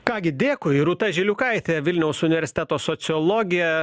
ką gi dėkui rūta žiliukaitė vilniaus universiteto sociologė